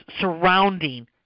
surrounding